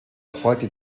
erfolgte